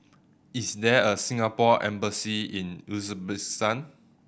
is there a Singapore Embassy in Uzbekistan